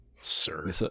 Sir